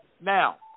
Now